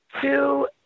two